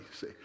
See